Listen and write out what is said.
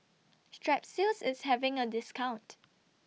Strepsils IS having A discount